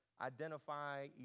identify